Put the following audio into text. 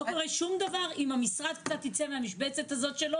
לא קורה שום דבר אם המשרד קצת ייצא מהמשבצת שלו